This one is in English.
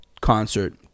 concert